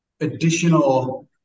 additional